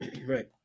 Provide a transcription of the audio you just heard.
Right